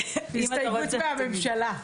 הסתייגות מהממשלה.